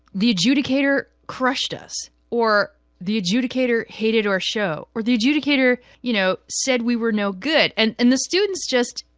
the adjudicator crushed us, or, the adjudicator hated our show, or, the adjudicator you know said we were no good. and and the students just,